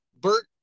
bert